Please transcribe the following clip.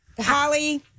Holly